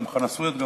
גם חנא סוייד,